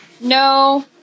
No